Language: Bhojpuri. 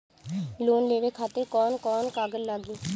लोन लेवे खातिर कौन कौन कागज लागी?